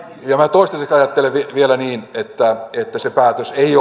toistaiseksi ajattelen vielä niin että että se päätös ei